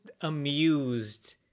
amused